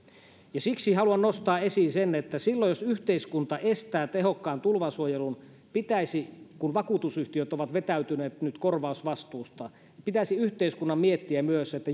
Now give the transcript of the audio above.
ja siksi haluan nostaa esiin sen että jos yhteiskunta estää tehokkaan tulvansuojelun kun vakuutusyhtiöt ovat nyt vetäytyneet korvausvastuusta niin pitäisi yhteiskunnan silloin miettiä myös että